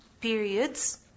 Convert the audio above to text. periods